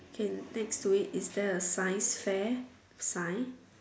can next to it is there a science fair sign